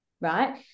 right